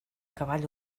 cavall